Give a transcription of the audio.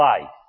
life